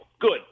Good